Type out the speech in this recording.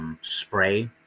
spray